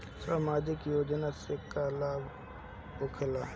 समाजिक योजना से का लाभ होखेला?